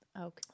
Okay